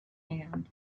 hand